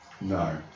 No